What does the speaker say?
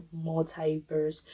multiverse